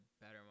better